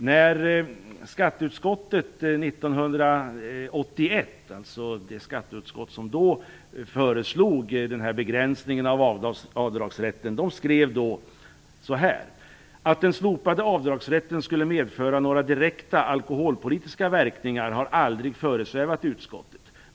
När skatteutskottet 1981 föreslog begränsningen av avdragsrätten skrev man så här: Att den slopade avdragsrätten skulle medföra några direkta alkoholpolitiska verkningar har aldrig föresvävat utskottet.